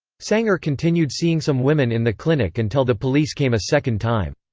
sanger continued seeing some women in the clinic until the police came a second time.